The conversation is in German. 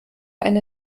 eine